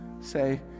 say